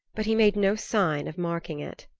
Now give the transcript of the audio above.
but he made no sign of marking it.